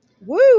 Woo